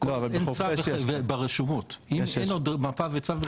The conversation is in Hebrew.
בכיף, גם אתה וגם יאיר.